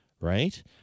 right